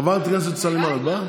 חברת הכנסת סלימאן, את באה?